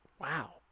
Wow